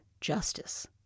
justice